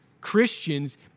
Christians